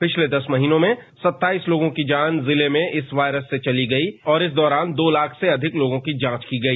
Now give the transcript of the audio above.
पिछले दस महीनों में सत्ताइस लोगों की जान इस वायरस से चली गई और इस दौरान दो लाख से अधिक लोगों की जांच की गई